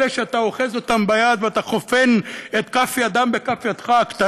אלה שאתה אוחז אותם ביד ואתה חופן את כף ידם הקטנה בכף ידך,